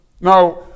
Now